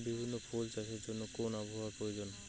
বিভিন্ন ফুল চাষের জন্য কোন আবহাওয়ার প্রয়োজন?